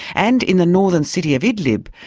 and in the northern city of idlib,